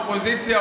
האופוזיציה,